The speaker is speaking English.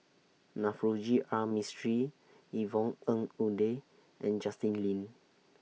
Navroji R Mistri Yvonne Ng Uhde and Justin Lean